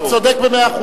אתה צודק במאה אחוז.